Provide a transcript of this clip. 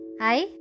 Hi